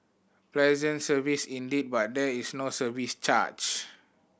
pleasant service indeed but there is no service charge